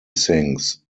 sinks